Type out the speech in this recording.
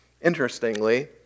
Interestingly